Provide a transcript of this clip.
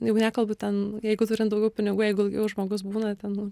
jau nekalbu ten jeigu turint daugiau pinigų jeigu ilgiau žmogus būna ten